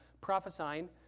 prophesying